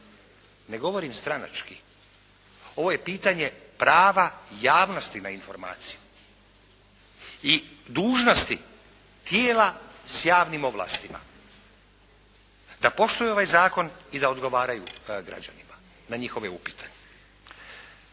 ne govorim stranački, ovo je pitanje prava javnosti na informaciju i dužnosti tijela s javnim ovlastima da poštuju ovaj zakon i da odgovaraju građanima na njihove upite.